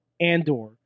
Andor